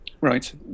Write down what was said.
Right